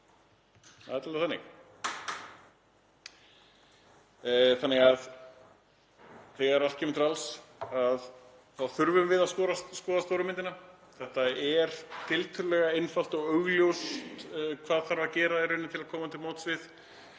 allt. Þegar allt kemur til alls þurfum við að skoða stóru myndina. Það er tiltölulega einfalt og augljóst hvað þarf að gera til að koma til móts við